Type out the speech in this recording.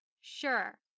sure